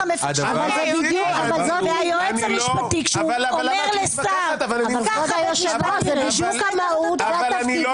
כשהיועץ המשפטי אומר לשר- -- אני לא